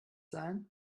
sein